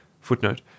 Footnote